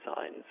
signs